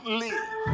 live